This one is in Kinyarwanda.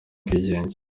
ubwigenge